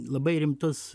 labai rimtus